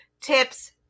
Tips